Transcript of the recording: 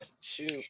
shoot